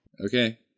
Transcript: Okay